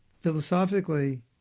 philosophically